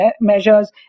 measures